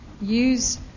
use